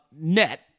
net